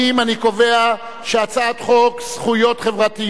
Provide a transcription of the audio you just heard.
אני קובע שהצעת חוק-יסוד: זכויות חברתיות,